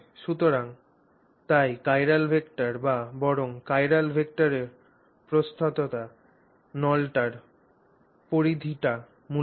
সুতরাং তাই chiral vector বা বরং চিরাল ভেক্টরের প্রস্থতা নলটির পরিধিটি মূলত